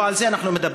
לא על זה אנחנו מדברים,